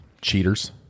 Cheaters